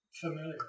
familiar